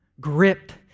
Gripped